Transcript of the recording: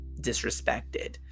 disrespected